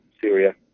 Syria